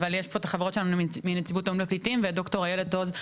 אבל יש כאן את החברות שלנו מנציבות האו"ם לפליטים ואת ד"ר איילת עוז,